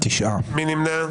מי נמנע?